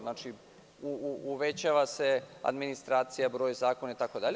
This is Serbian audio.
Znači, uvećava se administracija, broj zakona itd.